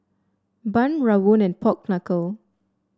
bun rawon and Pork Knuckle